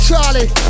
Charlie